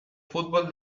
fútbol